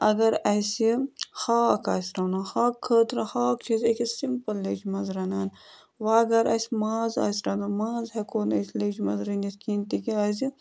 اگر اَسہِ ہاکھ آسہِ رَنُن ہاکہٕ خٲطرٕ ہاکھ چھِ أسۍ أکِس سِمپٕل لیٚجہِ منٛز رَنان وۄنۍ اگر اَسہِ ماز آسہِ رَنُن ماز ہٮ۪کو نہٕ أسۍ لیٚجہِ منٛز رٔنِتھ کِہیٖنۍ تِکیٛازِ